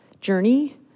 journey